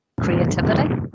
creativity